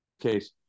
case